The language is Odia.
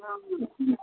ହଁ